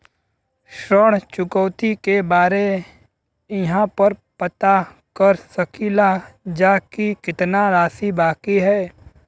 ऋण चुकौती के बारे इहाँ पर पता कर सकीला जा कि कितना राशि बाकी हैं?